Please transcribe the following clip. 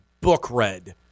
book-read